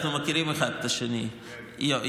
אנחנו מכירים אחד את השני יום-יומיים,